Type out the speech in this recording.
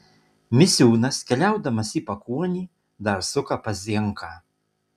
misiūnas keliaudamas į pakuonį dar suka pas zienką